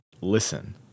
Listen